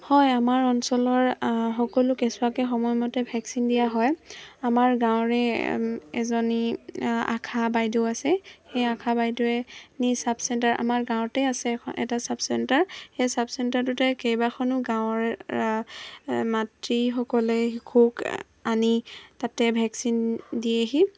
হয় আমাৰ অঞ্চলৰ সকলো কেঁচুৱাকে সময়মতে ভেকচিন দিয়া হয় আমাৰ গাঁৱৰে এজনী আশা বাইদেউ আছে সেই আশা বাইদেউয়ে নি ছাব চেণ্টাৰ আমাৰ গাঁৱতে আছে এখন এটা ছাব চেণ্টাৰ সেই ছাব চেণ্টাৰটোতে কেইবাখনো গাঁৱৰ মাতৃসকলে শিশুক আনি তাতে ভেকচিন দিয়েহি